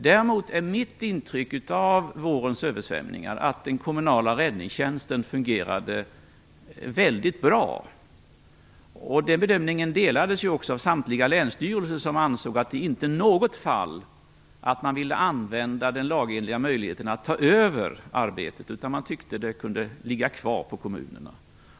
Däremot är mitt intryck av vårens översvämningar att den kommunala räddningstjänsten fungerade väldigt bra. Detta bekräftades av samtliga länsstyrelser. Inte i något fall ville de använda den lagenliga möjligheten att ta över, utan ansåg att det kunde ligga kvar på kommunerna.